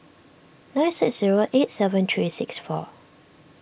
nine six zero eight seven three six four